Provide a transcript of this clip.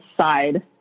side